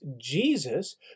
Jesus